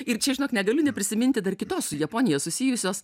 ir čia žinok negaliu neprisiminti dar kitos su japonija susijusios